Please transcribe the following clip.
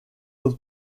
los